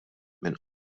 minn